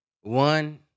One